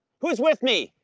who's with me,